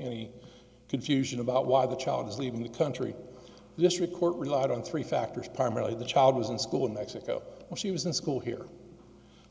any confusion about why the child is leaving the country the district court relied on three factors primarily the child was in school in mexico when she was in school here